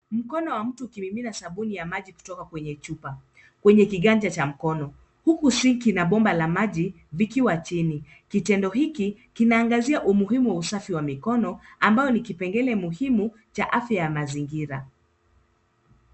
Mkono wa mtu ukimimina sabuni ya maji kutoka kwenye chupa kwenye kiganja cha mkono huku sinki ina bomba la maji vikiwa chini. Kitendo hiki kinaangazia umuhimu wa usafi wa mikono ambayo ni kipengele muhimu cha afya ya mazingira.